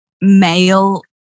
male